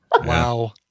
Wow